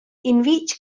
vitg